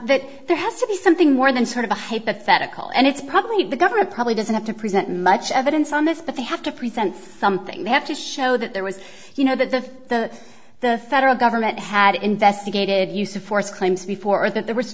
that there has to be something more than sort of a hypothetical and it's probably the government probably doesn't have to present much evidence on this but they have to present something they have to show that there was you know that the the the federal government had investigated use of force claims before that there was